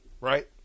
right